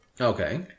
Okay